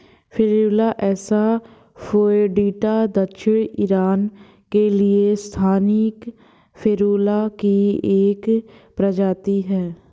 Ferula asafoetida दक्षिणी Iran के लिए स्थानिक फेरुला की एक प्रजाति है